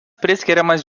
priskiriamas